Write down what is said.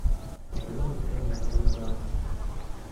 o kodėl vis dar nelegalu draginti